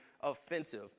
offensive